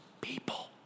people